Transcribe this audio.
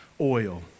oil